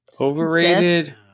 Overrated